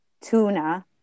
tuna